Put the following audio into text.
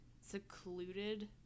secluded